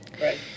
right